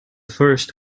first